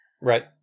Right